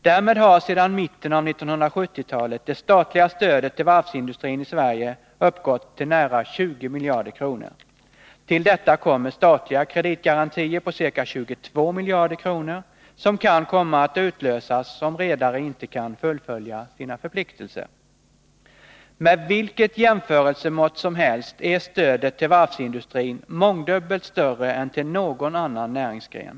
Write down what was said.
Därmed har sedan mitten av 1970-talet det statliga stödet till varvsindustrin i Sverige uppgått till nära 20 miljarder kronor. Till detta kommer statliga kreditgarantier på ca 22 miljarder kronor, som kan komma att utlösas om redare inte kan fullfölja sina förpliktelser. Med vilket jämförelsemått som helst är stödet till varvsindustrin mångdubbelt större än till någon annan näringsgren.